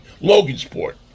Logansport